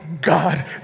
God